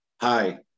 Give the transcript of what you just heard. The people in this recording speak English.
Hi